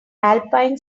alpine